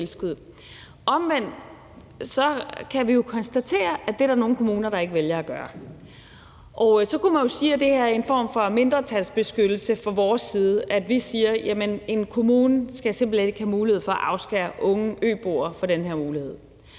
Omvendt kan vi jo konstatere, at det er der nogle kommuner der ikke vælger at gøre. Så kunne man jo sige, at det er en form for mindretalsbeskyttelse fra vores side, at vi siger: Jamen en kommune skal simpelt hen ikke have mulighed for at afskære unge øboere fra den her mulighed.